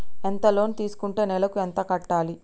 ఎంత లోన్ తీసుకుంటే నెలకు ఎంత కట్టాలి?